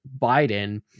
Biden